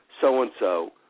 so-and-so